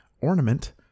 ornament